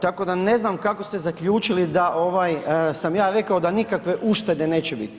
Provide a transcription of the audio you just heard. Tako da ne znam kako ste zaključili da ovaj sam ja rekao da nikakve uštede neće biti.